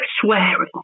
swearing